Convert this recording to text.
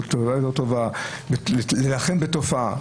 להילחם בתופעה.